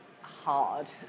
hard